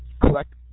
collect